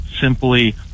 simply